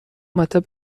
مطب